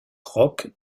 rock